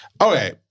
Okay